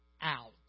out